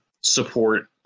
support